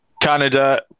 Canada